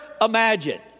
imagine